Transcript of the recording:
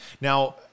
Now